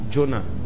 Jonah